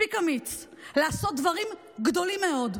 מספיק אמיץ לעשות דברים גדולים מאוד.